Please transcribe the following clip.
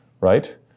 right